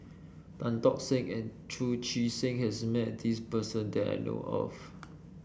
Tan Tock Seng and Chu Chee Seng has met this person that I know of